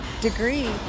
degree